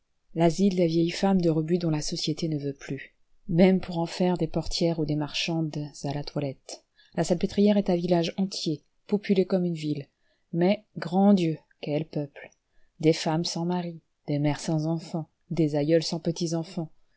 l'asile des vieilles femmes de rebut dont la société ne veut plus même pour en faire des portières ou des marchandes à la toilette la salpêtrière est un village entier populeux comme une ville mais grand dieu quel peuple des femmes sans maris des mères sans enfants des aïeules sans petits-enfants